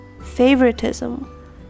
favoritism